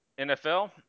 NFL